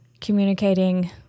communicating